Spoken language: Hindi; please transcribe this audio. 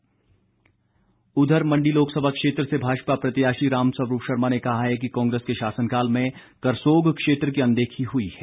रामस्वरूप मंडी लोकसभा क्षेत्र से भाजपा प्रत्याशी रामस्वरूप शर्मा ने कहा है कि कांग्रेस के शासनकाल में करसोग क्षेत्र की अनदेखी हुई है